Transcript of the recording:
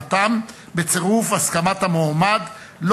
חברי הכנסת שהיום, בהמלצת הנשיאות,